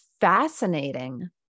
fascinating